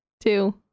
two